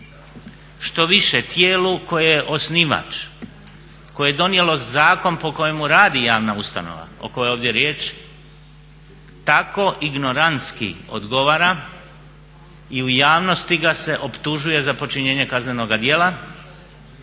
štoviše tijelu koje je osnivač, koje je donijelo zakon po kojemu radi javna ustanova o kojoj je ovdje riječ tako ignorantski odgovara i u javnosti ga se optužuje za počinjenje kaznenoga djela